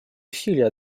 усилия